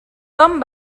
tom